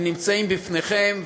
הם נמצאים בפניכם,